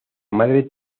madre